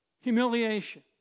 Humiliation